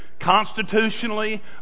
constitutionally